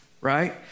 Right